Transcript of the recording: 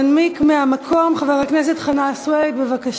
ינמק מהמקום חבר הכנסת חנא סוייד, בבקשה.